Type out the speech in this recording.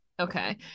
Okay